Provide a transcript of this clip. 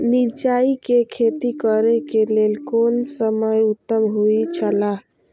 मिरचाई के खेती करे के लेल कोन समय उत्तम हुए छला?